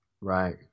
Right